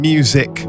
Music